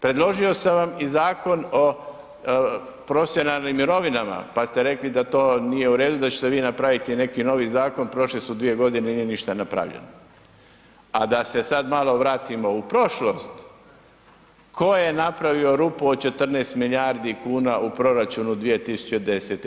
Predložio sam vam i Zakon o profesionalnim mirovinama pa s te rekli da to nije u redu, da ćete vi napraviti neki novi zakon, prošle su 2 g., nije ništa napravljeno a da se sad malo vratimo u prošlost, tko je napravio rupu od 14 milijardi kuna u proračunu 2010.